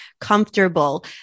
comfortable